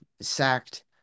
sacked